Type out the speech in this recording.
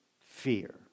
fear